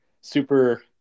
super